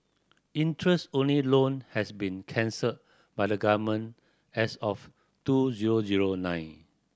interest only loan have been cancelled by the Government as of two zero zero nine